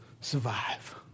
survive